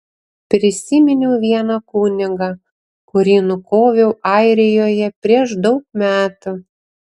prisiminiau vieną kunigą kurį nukoviau airijoje prieš daug metų